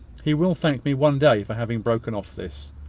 he will thank me one day for having broken off this.